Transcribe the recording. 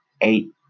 Eight